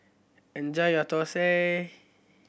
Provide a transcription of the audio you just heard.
enjoy your thosai